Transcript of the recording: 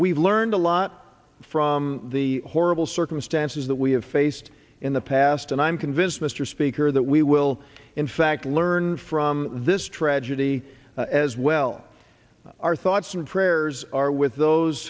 we've learned a lot from the horrible circumstances that we have faced in the past and i'm convinced mr speaker that we will in fact learn from this tragedy as well our thoughts and prayers are with those